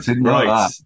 Right